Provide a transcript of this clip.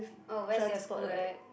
oh where's your school at